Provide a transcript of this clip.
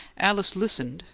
alice listened,